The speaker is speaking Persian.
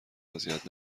اذیت